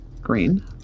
green